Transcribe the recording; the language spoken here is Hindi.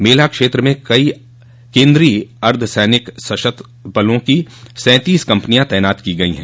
मेला क्षेत्र में केन्द्रीय अर्द्व सैनिक सशस्त्र बलों की सैंतोस कम्पनियां तैनात की गयी है